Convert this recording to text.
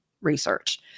research